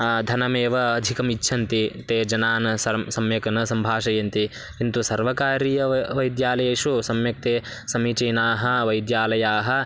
धनमेव अधिकमिच्छन्ति ते जनान् सर्म् सम्यक् न सम्भाषयन्ति किन्तु सर्वकारीय व वैद्यालयेषु सम्यक् ते समीचीनाः वैद्यालयाः